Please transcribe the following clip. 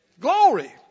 glory